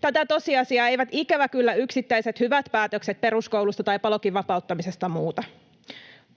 Tätä tosiasiaa eivät, ikävä kyllä, yksittäiset hyvät päätökset peruskoulusta tai Palokin vapauttamisesta muuta.